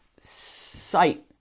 sight